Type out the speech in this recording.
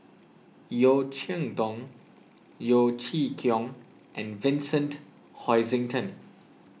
Yeo Cheow Tong Yeo Chee Kiong and Vincent Hoisington